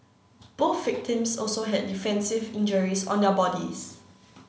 both victims also had defensive injuries on their bodies